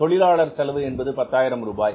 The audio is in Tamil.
தொழிலாளர் செலவு பத்தாயிரம் ரூபாய்